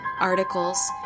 articles